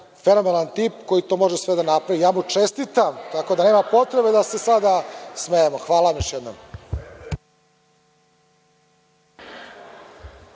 fenomenalan tip koji to može sve da napravi. Čestitam mu, tako da nema potrebe da se sada smejemo. Hvala najlepše.